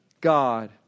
God